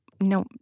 no